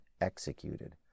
executed